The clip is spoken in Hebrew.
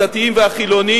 הדתיים והחילונים,